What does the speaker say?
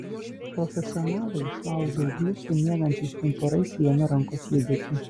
profesionalai išlaužia ūglius su miegančiais pumpurais vienu rankos judesiu